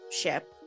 ship